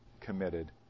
committed